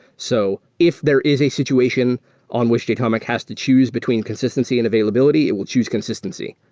so if there is a situation on which datomic has to choose between consistency and availability, it will choose consistency.